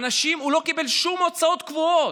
הוא לא קיבל שום הוצאות קבועות,